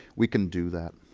we can do that.